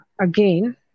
again